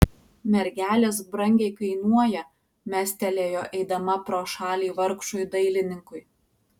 mergelės brangiai kainuoja mestelėjo eidama pro šalį vargšui dailininkui